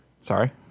sorry